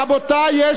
רבותי.